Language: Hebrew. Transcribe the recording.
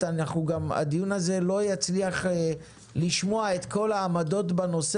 אנחנו רוצים לשמוע את כל הצדדים.